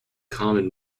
common